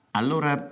allora